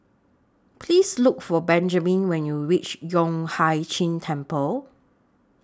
Please Look For Benjman when YOU REACH Yueh Hai Ching Temple